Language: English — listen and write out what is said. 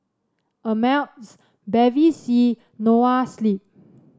Ameltz Bevy C Noa Sleep